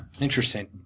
Interesting